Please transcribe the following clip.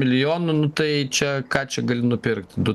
milijonų nu tai čia ką čia gali nupirkt du